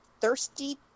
thirsty